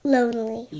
Lonely